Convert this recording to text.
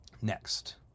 next